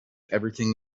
everything